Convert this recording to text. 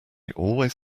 always